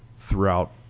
throughout